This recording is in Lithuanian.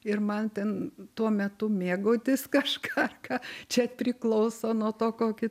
ir man ten tuo metu mėgautis kažką ką čia priklauso nuo to kokį